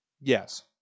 yes